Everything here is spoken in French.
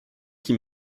qui